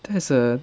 that's a